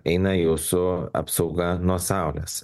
eina jūsų apsauga nuo saulės